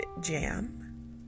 jam